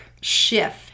shift